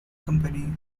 company